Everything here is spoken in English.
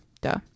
duh